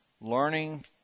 learning